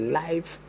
life